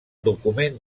document